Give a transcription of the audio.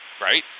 Right